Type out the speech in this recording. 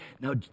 now